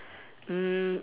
mm